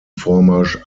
vormarsch